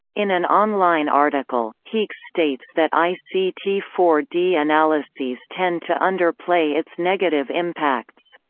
in an online article, heeks states that i c t four d analyses tend to underplay its negative impacts.